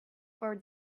for